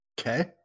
Okay